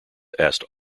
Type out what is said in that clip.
asked